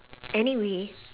anyway